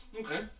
Okay